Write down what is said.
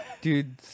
Dude